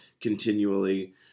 continually